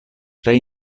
tre